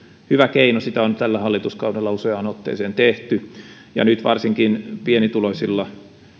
hyvä keino sitä on tällä hallituskaudella useaan otteeseen tehty nyt varsinkin pienituloisilla